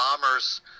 bomber's